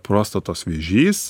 prostatos vėžys